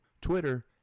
Twitter